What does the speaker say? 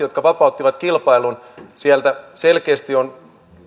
jotka vapauttivat kilpailun selkeästi on